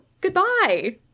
Goodbye